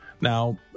Now